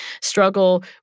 struggle